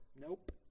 Nope